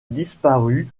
disparut